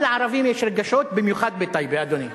גם לערבים יש רגשות, במיוחד בטייבה, אדוני.